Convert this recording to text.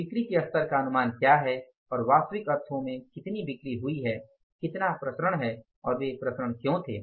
बिक्री के स्तर का अनुमान क्या है और वास्तविक अर्थों में कितनी बिक्री हुई है कितना विचरण हैं और वे विचरण क्यों थे